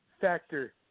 factor